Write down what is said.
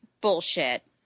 bullshit